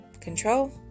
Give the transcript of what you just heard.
control